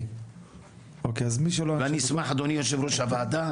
ואני אשמח אדוני יושב ראש הוועדה,